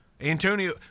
Antonio